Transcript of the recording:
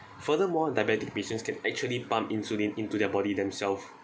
furthermore diabetic patients can actually pump insulin into their body themselves